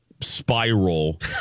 spiral